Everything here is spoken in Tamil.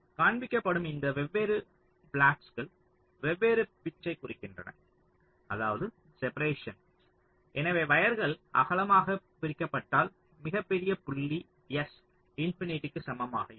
காண்பிக்கப்படும் இந்த வெவ்வேறு ப்லாட்கள் வெவ்வேறு பிட்ச்யைக் குறிக்கின்றன அதாவது செப்பரேஷன் எனவே வயர்கள் அகலமாகப் பிரிக்கப்பட்டால் மிகப்பெரிய புள்ளி s இன்பினிட்டிக்கு சமமாக இருக்கும்